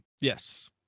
Yes